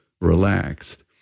relaxed